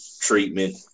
treatment